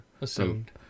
Assumed